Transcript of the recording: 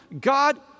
God